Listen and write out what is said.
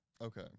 Okay